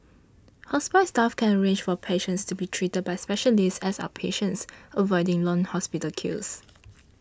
hospice staff can arrange for patients to be treated by specialists as outpatients avoiding long hospital queues